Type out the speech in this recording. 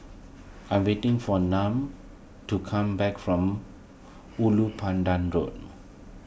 I am waiting for to come back from Ulu Pandan Road